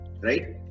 right